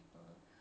!huh!